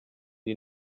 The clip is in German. die